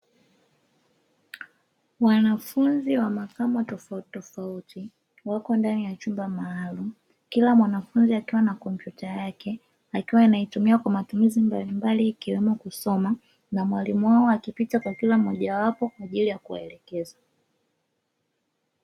Wanafunzi wa makamu tofauti tofauti wapo ndani ya chumba maalumu kila mwanafunzi akiwa na kompyuta yake akiwa anaitumia kwa matumizi mbalimbali ikiwemo kusoma, na mwalimu wao akipita kwa akila mmoja wao kwa ajili ya kuwaelekeza.